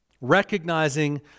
recognizing